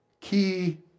Key